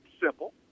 simple